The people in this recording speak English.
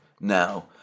now